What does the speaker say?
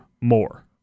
more